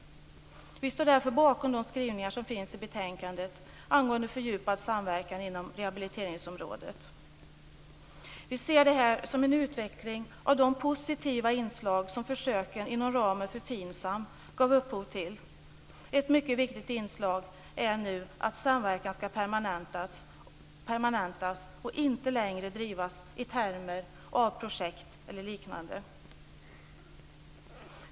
Vi står därför bakom de skrivningar som finns i betänkandet angående fördjupad samverkan på rehabiliteringsområdet. Vi ser detta som en utveckling av de positiva inslag som försöken inom ramen för FINSAM gav upphov till. Ett mycket viktigt inslag är nu att samverkan skall permanentas och inte längre drivas i termer av projekt eller liknande.